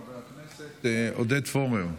חבר הכנסת עודד פורר,